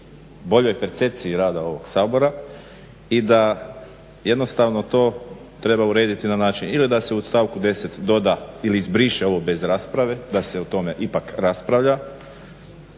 boljoj percepciji rada ovog Sabora i da jednostavno to treba urediti na način ili da se u stavku 10. doda ili izbriše ovo bez rasprave, da se o tome ipak raspravlja